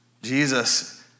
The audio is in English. Jesus